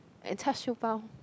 and char-siew-bao